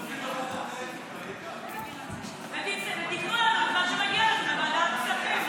אז תיתנו לנו את מה שמגיע לנו בוועדת הכספים.